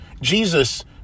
Jesus